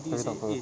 tahu tak apa